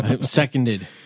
seconded